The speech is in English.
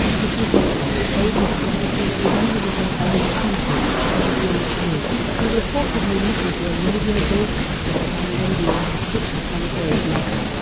the composer, old and frail, was unable to attend the concert, but his wife did. he reportedly reportedly listened to a radio broadcast of it on a radio in his kitchen some days later.